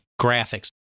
graphics